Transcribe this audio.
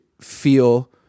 feel